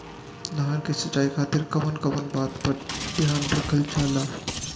धान के सिंचाई खातिर कवन कवन बात पर ध्यान रखल जा ला?